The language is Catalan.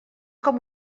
com